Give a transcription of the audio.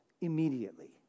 immediately